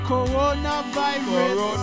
Coronavirus